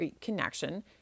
connection